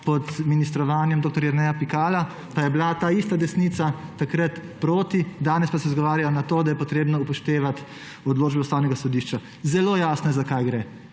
pod ministrovanjem dr. Jerneja Pikala, pa je bila ta ista desnica takrat proti, danes pa se izgovarja na to, da je potrebno upoštevati odločbe Ustavnega sodišča. Zelo jasno je, za kaj gre.